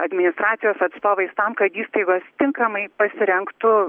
administracijos atstovais tam kad įstaigos tinkamai pasirengtų